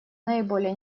наиболее